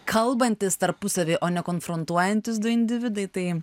kalbantis tarpusavy o ne konfrontuojantys du individai tai